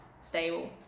stable